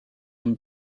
him